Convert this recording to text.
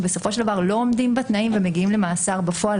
שבסופו של דבר לא עומדים בתנאים ומגיעים למאסר בפועל.